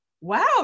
wow